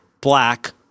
black